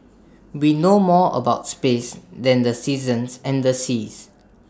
we know more about space than the seasons and the seas